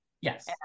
Yes